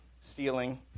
stealing